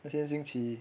那天星期